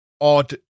odd